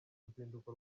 ruzinduko